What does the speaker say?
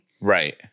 Right